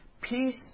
Peace